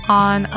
on